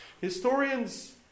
historians